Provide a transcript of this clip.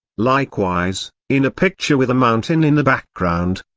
likewise, in a picture with a mountain in the background,